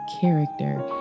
character